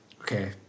Okay